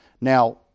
Now